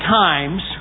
times